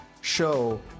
show